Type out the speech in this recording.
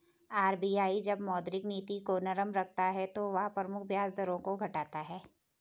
RBI जब मौद्रिक नीति नरम रखता है तो वह प्रमुख ब्याज दरों को घटाता है